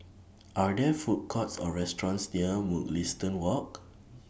Are There Food Courts Or restaurants near Mugliston Walk